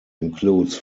includes